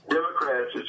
Democrats